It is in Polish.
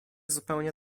zupełnie